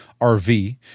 RV